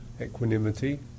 equanimity